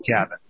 cabin